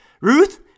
Ruth